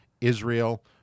Israel